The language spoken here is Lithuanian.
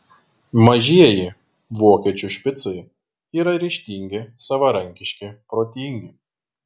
mažieji vokiečių špicai yra ryžtingi savarankiški protingi